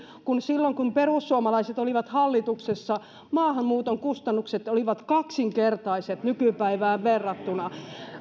kun silloin kun perussuomalaiset olivat hallituksessa maahanmuuton kustannukset olivat kaksinkertaiset nykypäivään verrattuna